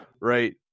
right